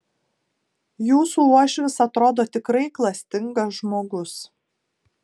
jūsų uošvis atrodo tikrai klastingas žmogus